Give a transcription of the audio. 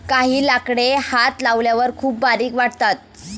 काही लाकडे हात लावल्यावर खूप बारीक वाटतात